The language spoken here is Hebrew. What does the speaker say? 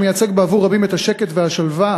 שמייצג בעבור רבים את השקט והשלווה,